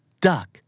duck